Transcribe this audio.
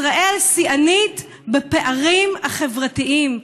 ישראל שיאנית בפערים החברתיים.